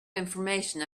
information